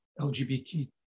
LGBT